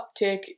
uptick